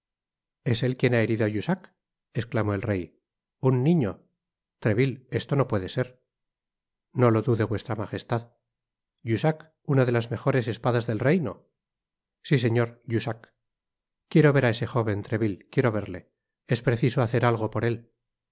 es él quien ha herido á jussac esclamó el rey nn niño treville esto no puede ser no lo dude vuestra magestad jussac una de las mejores espadas del reino si señor jussac quiero ver áeso jóven treville quiero verle es preciso hacer algo por él